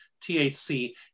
THC